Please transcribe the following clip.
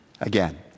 Again